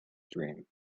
dream